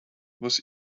was